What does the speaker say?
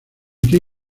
tío